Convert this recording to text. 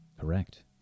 Correct